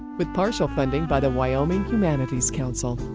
with partial funding by the wyoming humanities council.